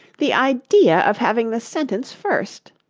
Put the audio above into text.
the idea of having the sentence first